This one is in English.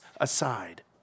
aside